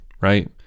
right